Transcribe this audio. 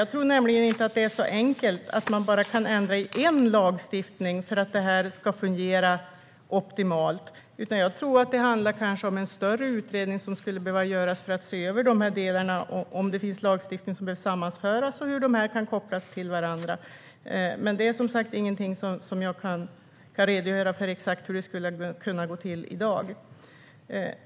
Jag tror nämligen inte att det är så enkelt att man bara kan ändra i en lagstiftning för att det här ska fungera optimalt. Jag tror att det handlar om en större utredning som skulle behöva göras för att se över de här delarna, hur de kan kopplas till varandra och om det finns lagstiftning som behöver sammanföras. Men det är som sagt ingenting som jag i dag kan redogöra för exakt hur det skulle kunna gå till.